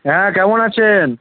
হ্যাঁ কেমন আছেন